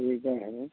ई तऽ भऽ गेल